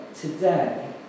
today